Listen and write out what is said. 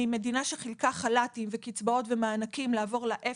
הפכנו ממדינה שחילקה חל"תים וקצבאות ומענקים עברנו לאפס.